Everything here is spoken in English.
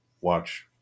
watch